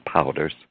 powders